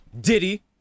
Diddy